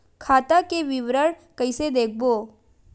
खाता के विवरण कइसे देखबो?